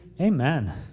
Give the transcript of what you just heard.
Amen